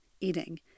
eating